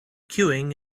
queuing